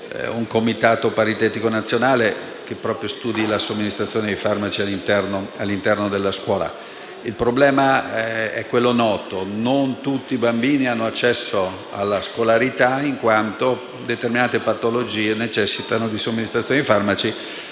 un Comitato paritetico nazionale, che studi proprio la somministrazione dei farmaci all'interno della scuola. Il problema è noto: non tutti i bambini hanno accesso alla scolarità, in quanto determinate patologie necessitano, purtroppo, di somministrazione di farmaci